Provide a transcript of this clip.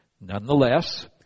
nonetheless